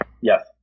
Yes